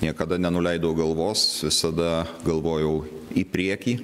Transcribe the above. niekada nenuleidau galvos visada galvojau į priekį